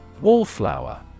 Wallflower